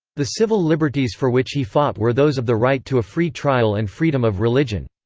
the civil liberties for which he fought were those of the right to a free trial and freedom of religion.